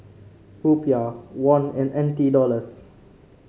Rupiah Won and N T Dollars